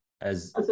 as-